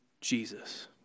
Jesus